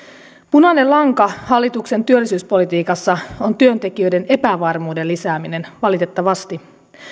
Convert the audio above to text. punainen lanka hallituksen työllisyyspolitiikassa on työntekijöiden epävarmuuden lisääminen valitettavasti